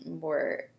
more